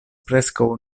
preskaŭ